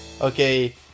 Okay